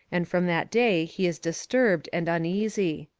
and from that day he is disturbed and uneasy.